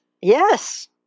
yes